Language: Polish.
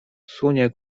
sunie